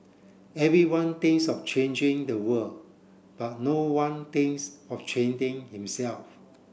everyone thinks of changing the world but no one thinks of changing himself